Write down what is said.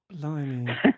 Blimey